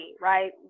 Right